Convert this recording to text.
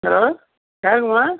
hello யாருங்கம்மா